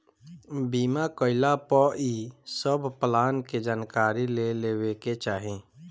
बीमा कईला पअ इ सब प्लान के जानकारी ले लेवे के चाही